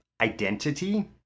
identity